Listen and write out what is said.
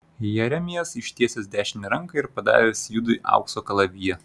jeremijas ištiesęs dešinę ranką ir padavęs judui aukso kalaviją